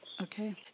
okay